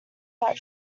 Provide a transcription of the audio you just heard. that